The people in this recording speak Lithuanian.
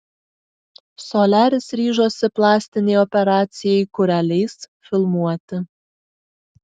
soliaris ryžosi plastinei operacijai kurią leis filmuoti